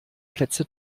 plätze